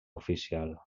oficial